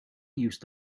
used